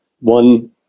one